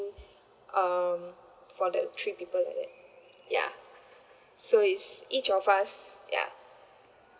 um for the three people like that ya so it's each of us ya